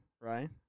right